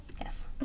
yes